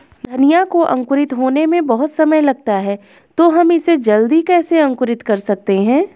धनिया को अंकुरित होने में बहुत समय लगता है तो हम इसे जल्दी कैसे अंकुरित कर सकते हैं?